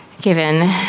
given